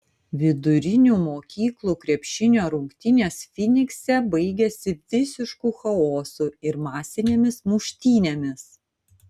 vidurinių mokyklų krepšinio rungtynės fynikse baigėsi visišku chaosu ir masinėmis muštynėmis